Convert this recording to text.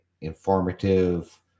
informative